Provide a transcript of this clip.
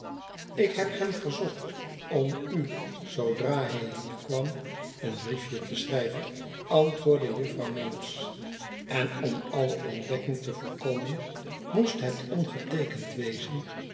ik heb hem verzocht om u zoodra hij hier kwam een briefje te sehrijven antwoordde jufvrouw manners en orn alle ontdekking te voorkomen moest het ongeteekend wezen